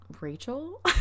Rachel